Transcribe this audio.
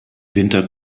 winter